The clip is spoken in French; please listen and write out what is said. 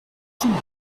toulon